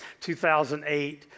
2008